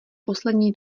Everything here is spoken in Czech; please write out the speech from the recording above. poslední